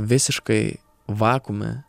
visiškai vakuume